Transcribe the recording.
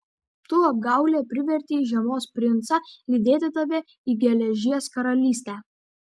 tu apgaule privertei žiemos princą lydėti tave į geležies karalystę